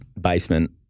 basement